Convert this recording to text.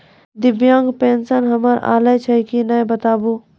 दिव्यांग पेंशन हमर आयल छै कि नैय बताबू?